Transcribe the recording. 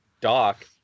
Doc